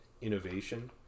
innovation